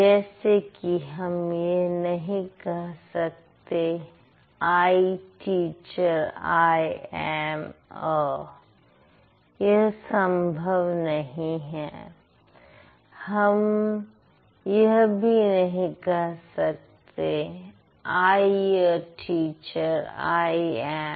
जैसे की हम यह नहीं कह सकते I teacher I am a यह संभव नहीं है हम यह भी नहीं कह सकते I uh teacher I M